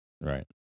Right